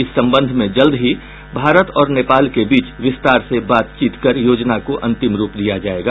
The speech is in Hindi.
इस संबंध में जल्द ही भारत और नेपाल के बीच विस्तार से बातचीत कर योजना को अंतिम रूप दिया जायेगा